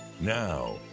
Now